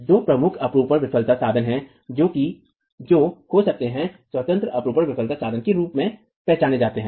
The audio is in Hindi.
दो प्रमुख अपरूपण विफलता साधन हैं जो हो सकते हैं स्वतंत्र अपरूपण विफलता साधन के रूप में पहचाने जाते है